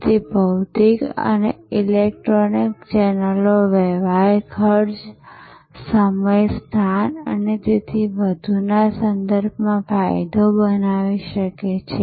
તેથી ભૌતિક અને ઇલેક્ટ્રોનિક ચેનલો વ્યવહાર ખર્ચ સમય સ્થાન અને તેથી વધુના સંદર્ભમાં ફાયદાઓ બનાવી શકે છે